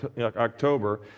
October